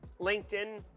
LinkedIn